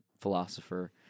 philosopher